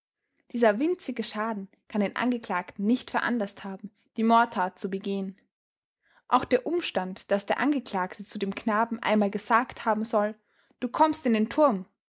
dieser winzige schaden kann den angeklagten nicht veranlaßt haben die mordtat zu begehen auch der umstand daß der angeklagte zu dem knaben einmal gesagt haben soll du kommst in den turm